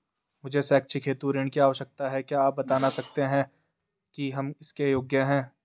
मुझे शैक्षिक हेतु ऋण की आवश्यकता है क्या आप बताना सकते हैं कि हम इसके योग्य हैं?